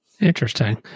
Interesting